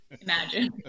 imagine